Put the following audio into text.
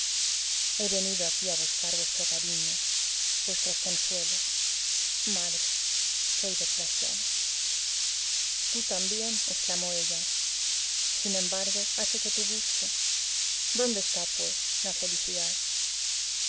he venido aquí a buscar vuestro cariño vuestros consuelos madre soy desgraciado tú también exclamó ella sin embargo has hecho tu gusto dónde está pues la felicidad